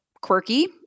quirky